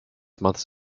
months